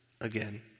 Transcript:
again